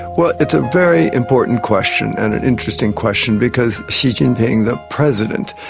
well, it's a very important question and an interesting question because xi jinping, the president,